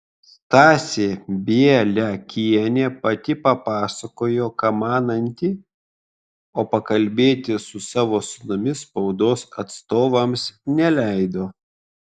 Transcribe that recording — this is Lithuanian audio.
stasė bieliakienė pati papasakojo ką mananti o pakalbėti su savo sūnumi spaudos atstovams neleido